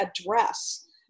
address